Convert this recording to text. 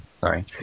Sorry